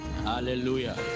Hallelujah